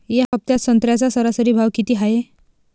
या हफ्त्यात संत्र्याचा सरासरी भाव किती हाये?